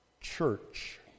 church